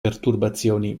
perturbazioni